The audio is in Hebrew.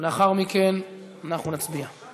לאחר מכן אנחנו נצביע.